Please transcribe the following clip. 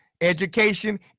education